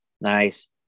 Nice